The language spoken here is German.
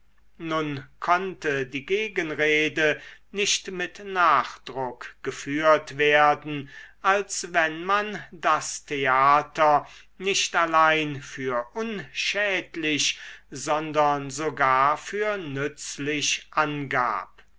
nun konnte die gegenrede nicht mit nachdruck geführt werden als wenn man das theater nicht allein für unschädlich sondern sogar für nützlich angab